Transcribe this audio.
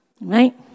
Right